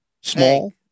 small